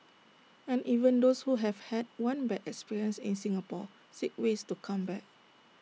and even those who have had one bad experience in Singapore seek ways to come back